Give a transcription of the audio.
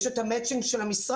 יש את המצ'ינג של המשרד.